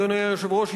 אדוני היושב-ראש,